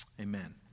Amen